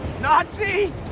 nazi